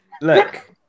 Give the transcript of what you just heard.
Look